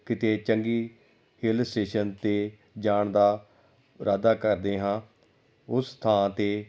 ਕਿਤੇ ਚੰਗੀ hill station 'ਤੇ ਜਾਣ ਦਾ ਇਰਾਦਾ ਕਰਦੇ ਹਾਂ ਉਸ ਥਾਂ 'ਤੇ